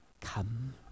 come